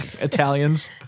Italians